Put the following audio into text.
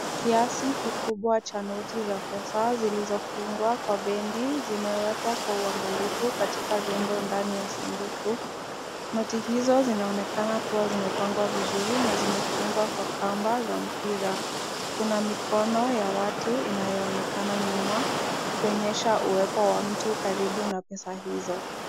Kiasi kikubwa cha noti za pesa zilizofungwa kwa bandi zimewekwa kwa uangalifu katika rundo ndani ya sanduku. Noti hizo zinaonekana kuwa zimepangwa vizuri na zimefungwa kwa kamba za mipira. Kuna mikono ya watu inayoonekana nyuma ikionyesha uwepo wa mtu karibu na pesa hizo.